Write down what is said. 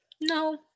No